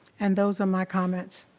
and those are my comments.